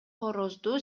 корозду